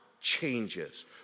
changes